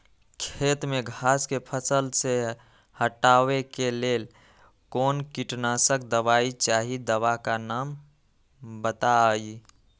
खेत में घास के फसल से हटावे के लेल कौन किटनाशक दवाई चाहि दवा का नाम बताआई?